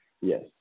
Yes